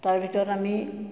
তাৰ ভিতৰত আমি